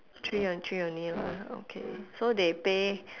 three on~ three only lah okay so they pay